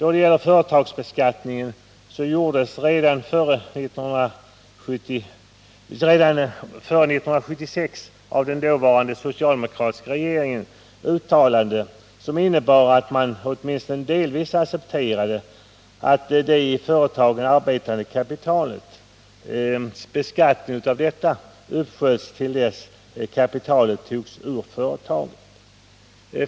I fråga om företagsbeskattningen gjorde den dåvarande socialdemokratiska regeringen redan före 1976 uttalanden som visade att man åtminstone delvis accepterade att beskattningen av det i företagen arbetande kapitalet uppskjuts till dess kapitalet tas ur företagen.